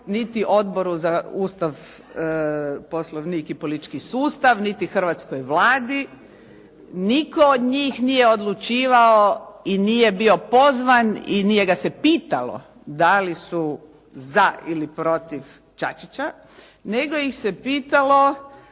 niti Odboru za Ustav, Poslovnik i politički sustav, niti hrvatskoj Vladi. Nitko od njih nije odlučivao i nije bio pozvan i nije ga se pitalo da li su za ili protiv Čačića, nego ih se pitalo